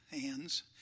hands